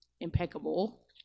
impeccable